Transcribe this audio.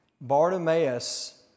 Bartimaeus